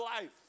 life